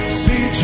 see